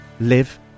live